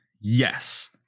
yes